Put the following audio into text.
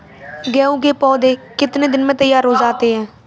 गेहूँ के पौधे कितने दिन में तैयार हो जाते हैं?